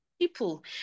people